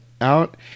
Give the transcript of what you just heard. out